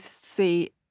see